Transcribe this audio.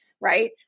right